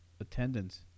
attendance